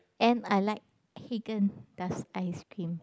and I think Haagen Dazs ice cream